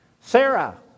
Sarah